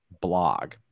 blog